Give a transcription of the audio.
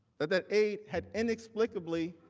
the aide had inexplicably,